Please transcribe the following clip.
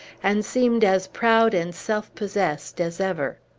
and seemed as proud and self-possessed as ever.